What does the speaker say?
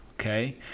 okay